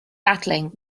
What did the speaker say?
battling